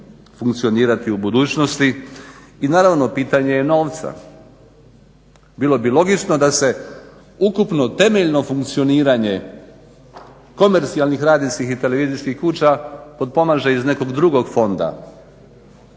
funkcionirati u budućnosti. I naravno pitanje je novca, bilo bi logično da se ukupno, temeljno funkcioniranje komercijalnih, radijskih i televizijskih kuća potpomaže iz nekog drugog fonda